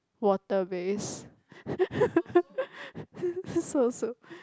water based so so